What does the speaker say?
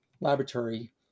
laboratory